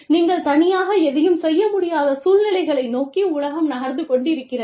நீங்கள் தனியாக எதையும் செய்ய முடியாத சூழ்நிலைகளை நோக்கி உலகம் நகர்ந்து கொண்டிருக்கிறது